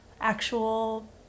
actual